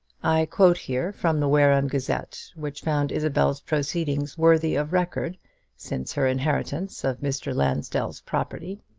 i quote here from the wareham gazette, which found isabel's proceedings worthy of record since her inheritance of mr. lansdell's property.